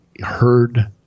heard